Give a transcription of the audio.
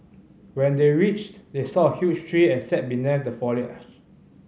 when they reached they saw a huge tree and sat beneath the foliage